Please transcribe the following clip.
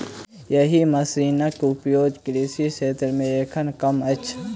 एहि मशीनक उपयोग कृषि क्षेत्र मे एखन कम अछि